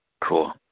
Cool